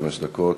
חמש דקות.